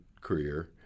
career